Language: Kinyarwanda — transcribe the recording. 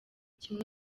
kimwe